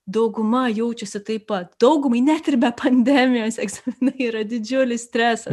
dauguma jaučiasi taip pat daugumai net ir be pandemijos egzaminai yra didžiulis stresas